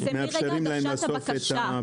זה מרגע הגשת הבקשה,